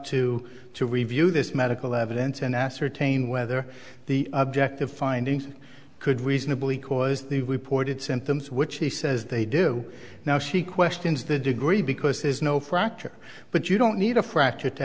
to to review this medical evidence and ascertain whether the objective findings could reasonably cause the reported symptoms which she says they do now she questions the degree because there's no fracture but you don't need a fracture to